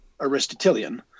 Aristotelian